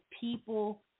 people